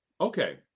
Okay